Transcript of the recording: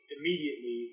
immediately